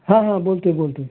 हां हां बोलतोय बोलतोय